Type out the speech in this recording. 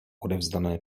odevzdané